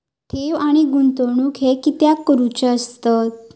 ठेव आणि गुंतवणूक हे कित्याक करुचे असतत?